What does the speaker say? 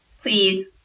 please